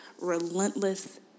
relentless